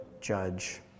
judge